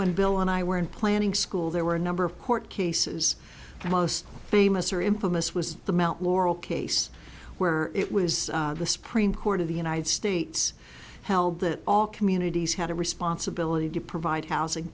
when bill and i were in planning school there were a number of court cases the most famous or infamous was the mount laurel case where it was the supreme court of the united states held that all communities had a responsibility to provide housing